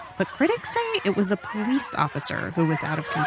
but critics say it was a police officer who was out of